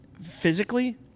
physically